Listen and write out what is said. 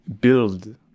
build